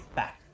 back